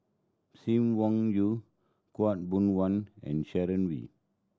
Sim Wong Yoo Khaw Boon Wan and Sharon Wee